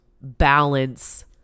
balance